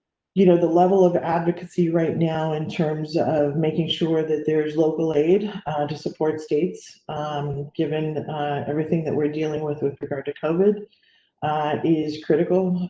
you know, the level of advocacy right now, in terms of making sure that there's local aid to support states given and everything that we're dealing with with regard to covered is critical.